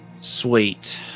sweet